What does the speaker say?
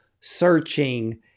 searching